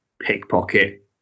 pickpocket